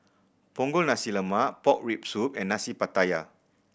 Punggol Nasi Lemak pork rib soup and Nasi Pattaya